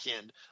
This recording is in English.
end